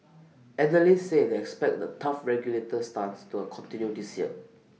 analysts say they expect the tough regulator stance to A continue this year